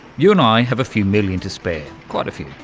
you and i have a few million to spare, quite a few,